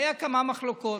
היו כמה מחלוקות,